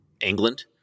England